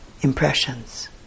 impressions